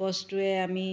বস্তুৱে আমি